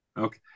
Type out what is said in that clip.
Okay